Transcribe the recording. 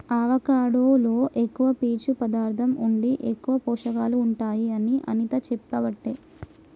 avocado లో ఎక్కువ పీచు పదార్ధం ఉండి ఎక్కువ పోషకాలు ఉంటాయి అని అనిత చెప్పబట్టే